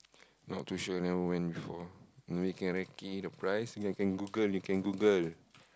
not too sure never went before you know can recce the price ya you can Google can Google